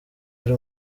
ari